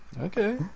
Okay